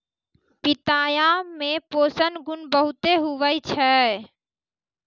पिताया मे पोषण गुण बहुते हुवै छै